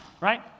right